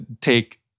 take